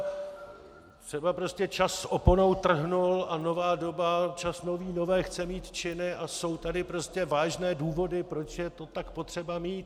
Ale třeba prostě čas oponou trhnul a nová doba a čas nový nové chce mít činy a jsou tady prostě vážné důvody, proč je to tak potřeba mít.